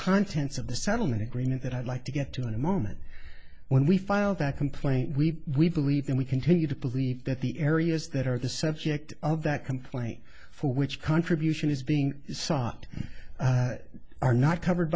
contents of the settlement agreement that i'd like to get to in a moment when we filed that complaint we we believed and we continue to believe that the areas that are the subject of that complaint for which contribution is being sought are not covered